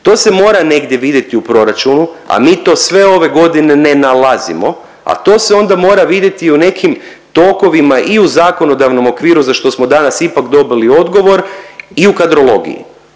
To se mora negdje vidjeti u proračunu, a mi to sve ove godine ne nalazimo, a to se onda mora vidjeti i u nekim tokovima i u zakonodavnom okviru za što smo danas ipak dobili odgovor i u kadrologiji.